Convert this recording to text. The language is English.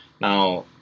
Now